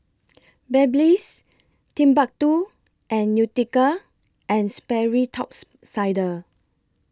Babyliss Timbuk two and Nautica and Sperry Tops Sider